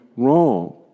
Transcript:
Wrong